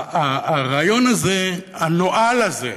הרעיון הנואל הזה,